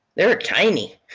they were tiny.